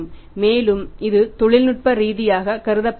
மேலும் இது தொழில்நுட்ப ரீதியாக கருதப்படவில்லை